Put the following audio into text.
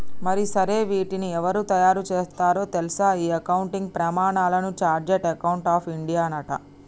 మరి సరే వీటిని ఎవరు తయారు సేత్తారో తెల్సా ఈ అకౌంటింగ్ ప్రమానాలను చార్టెడ్ అకౌంట్స్ ఆఫ్ ఇండియానట